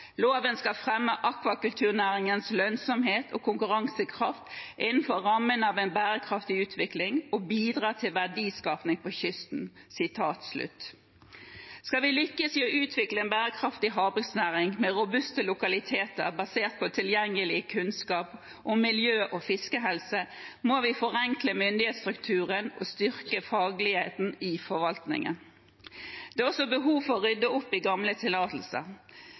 skal fremme akvakulturnæringens lønnsomhet og konkurransekraft innenfor rammene av en bærekraftig utvikling, og bidra til verdiskaping på kysten.» Skal vi lykkes i å utvikle en bærekraftig havbruksnæring, med robuste lokaliteter basert på tilgjengelig kunnskap om miljø og fiskehelse, må vi forenkle myndighetsstrukturen og styrke fagligheten i forvaltningen. Det er også behov for å rydde opp i gamle tillatelser.